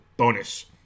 bonus